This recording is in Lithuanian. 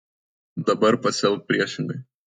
dabar pasielk priešingai